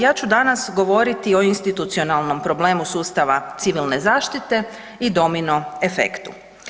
Ja ću danas govoriti o institucionalnom problemu sustava civilne zaštite i domino efektu.